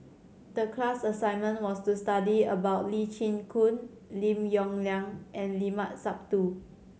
the class assignment was to study about Lee Chin Koon Lim Yong Liang and Limat Sabtu